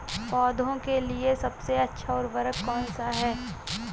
पौधों के लिए सबसे अच्छा उर्वरक कौनसा हैं?